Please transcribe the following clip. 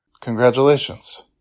Congratulations